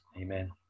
amen